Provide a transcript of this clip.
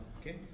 Okay